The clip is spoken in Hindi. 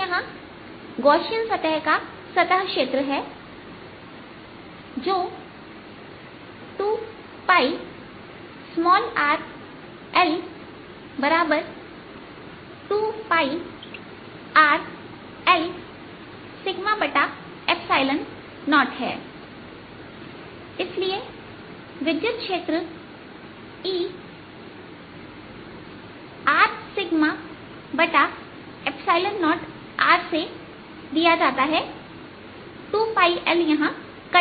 यहां गौशियन सतह का सतह क्षेत्र है जो 2πrL2πRLσ0है इसलिए विद्युत क्षेत्र ERσ0r से दिया जाता है 2πLयहां कट जाता है